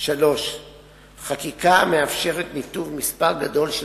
3. חקיקה המאפשרת ניתוב מספר גדול של